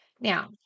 Now